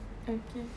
okay